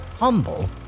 humble